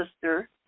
sister